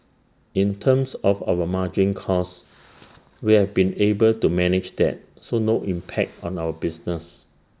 in terms of our margin costs we have been able to manage that so no impact on our business